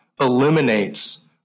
eliminates